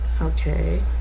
okay